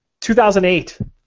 2008